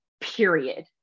period